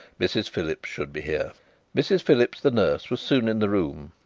mrs phillips should be here mrs phillips, the nurse, was soon in the room,